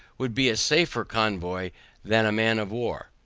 would be a safer convoy than a man of war.